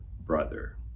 brother